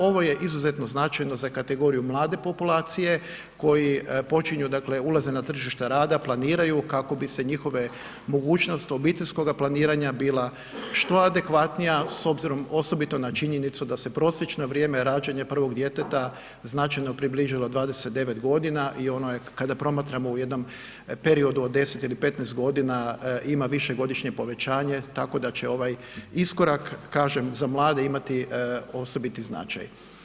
Ovo je izuzetno značajno za kategoriju mlade populacije koji počinju dakle, ulaze na tržište rada, planiraju kako bi se njihove mogućnosti obiteljskog planiranja bila što adekvatnija s obzirom osobito na činjenicu da se prosječno vrijeme rađanja prvog djeteta značajno približilo 29 g. i ono je kada promatramo u jednom periodu od 10 ili 15 g. ima višegodišnje povećanje, tako da će ovaj iskorak kažem za mlade, imati osobiti značaj.